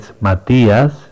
Matías